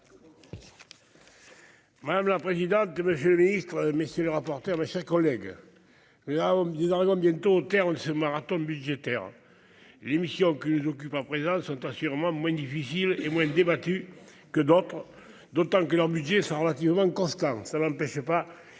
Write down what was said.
Madame la présidente, monsieur le ministre, mes chers collègues, nous arrivons bientôt au terme de ce marathon budgétaire. Les missions qui nous occupent à présent sont assurément moins difficiles et moins débattues que d'autres, d'autant que leurs budgets sont relativement constants.